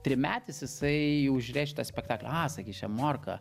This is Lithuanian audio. trimetis jisai jau žiūrės šitą spektaklį a sakys čia morka